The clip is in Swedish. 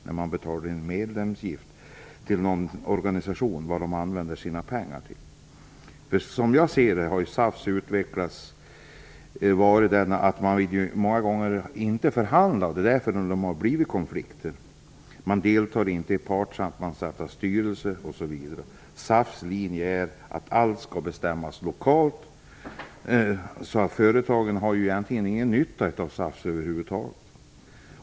Hur skall man kunna påverka hur en organisation som man betalar medlemsavgift till använder pengarna? Som jag ser det har SAF många gånger inte velat förhandla, och därför har konflikter uppstått. Man deltar inte i partssammansatta styrelser osv. SAF:s linje är att allt skall bestämmas lokalt. Företagen har egentligen ingen nytta av SAF över huvud taget.